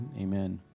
Amen